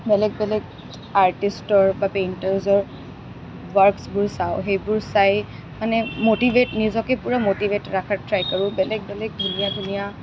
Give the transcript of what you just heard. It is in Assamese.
বেলেগ বেলেগ আৰ্টিষ্টৰ বা পেইণ্টাৰ্ছৰ ৱৰ্ক্ছবোৰ চাওঁ সেইবোৰ চাই মানে মটিভেট নিজকে পুৰা মটিভেট ৰখাৰ ট্ৰাই কৰোঁ বেলেগ বেলেগ ধুনীয়া ধুনীয়া